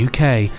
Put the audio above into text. UK